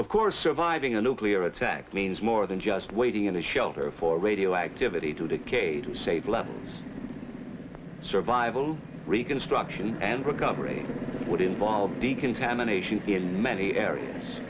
of course surviving a nuclear attack means more than just waiting in a shelter for radioactivity to decay to safe levels survival reconstruction and recovery would involve decontamination in many areas